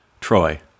Troy